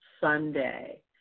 Sunday